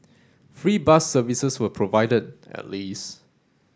free bus services were provided at least